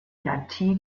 lahti